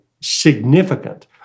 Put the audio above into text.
significant